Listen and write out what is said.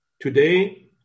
Today